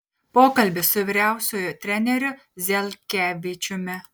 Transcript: pokalbis su vyriausiuoju treneriu zelkevičiumi